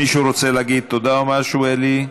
מישהו רוצה להגיד תודה או משהו, אלי?